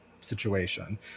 situation